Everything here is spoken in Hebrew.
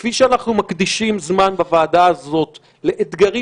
כפי שאנחנו מקדישים זמן בוועדה הזאת לאתגרים